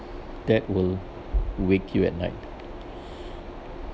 that will wake you at night